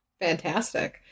Fantastic